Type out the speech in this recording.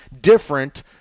different